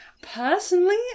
personally